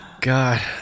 God